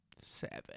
seven